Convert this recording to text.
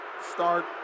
start